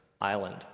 island